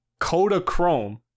Codachrome